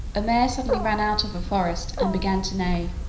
a mare suddenly ran out of a forest and began to neigh.